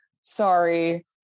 sorry